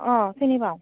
অঁ চিনি পাওঁ